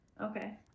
Okay